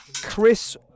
Chris